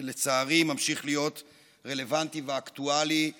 ולצערי ממשיך להיות רלוונטי ואקטואלי בימינו,